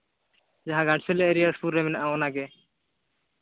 ᱡᱟᱦᱟᱸ ᱜᱷᱟᱴᱥᱤᱞᱟ ᱮᱨᱤᱭᱟ ᱥᱩᱨ ᱨᱮ ᱢᱮᱱᱟᱜᱼᱟ ᱚᱱᱟᱜᱮ